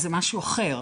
זה משהו אחר,